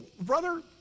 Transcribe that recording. brother